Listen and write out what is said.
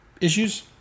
issues